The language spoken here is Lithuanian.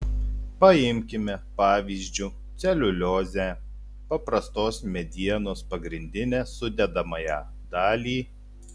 paimkime pavyzdžiu celiuliozę paprastos medienos pagrindinę sudedamąją dalį